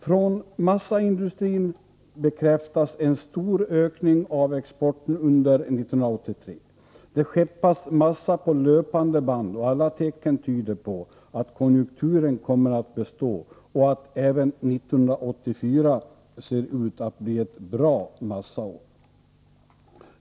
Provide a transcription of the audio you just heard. Från massaindustrin bekräftas en stor ökning av exporten under 1982. Det skeppas massa på löpande band, och alla tecken tyder på att konjunkturen kommer att bestå och att även 1984 blir ett bra massaår.